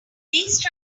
these